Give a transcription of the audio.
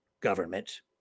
government